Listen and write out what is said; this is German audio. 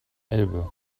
elbe